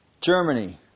Germany